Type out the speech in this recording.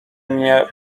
mnie